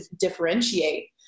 differentiate